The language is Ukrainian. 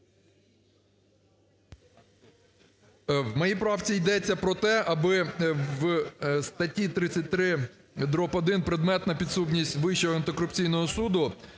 У моїй правці йдеться про те, аби в статті 33, дріб, 1 "Предметна підсудність Вищого антикорупційного суду"